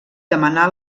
demanà